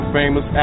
famous